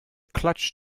clutch